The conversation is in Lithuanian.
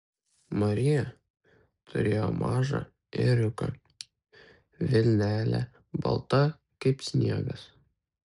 marija turėjo mažą ėriuką vilnelė balta kaip sniegas